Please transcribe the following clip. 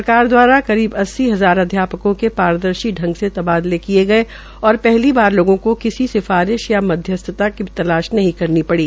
सरकार द्वारा करीब अस्सी हजार अध्यापकों के पारदर्शी संग से तबादले कियेऔर पहली बार लोगों केा किसी सिफारिश या मध्यस्थ की तलाश नहीं करनी पड़ी